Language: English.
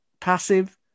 passive